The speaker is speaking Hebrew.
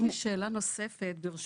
יש לי שאלה נוספת, ברשותך,